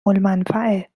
المنفعه